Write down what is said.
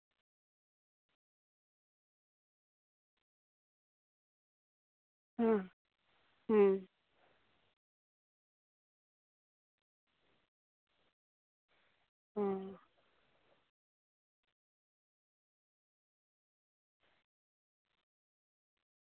ᱦᱩᱸ ᱦᱩᱸ ᱦᱩᱸ